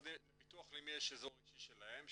לביטוח לאומי יש אזור אישי שלהם,